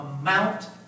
amount